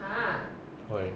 correct